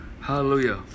Hallelujah